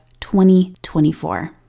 2024